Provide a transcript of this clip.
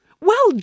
Well